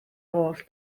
holl